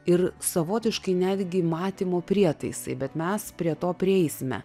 ir savotiškai netgi matymo prietaisai bet mes prie to prieisime